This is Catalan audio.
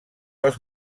els